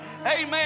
Amen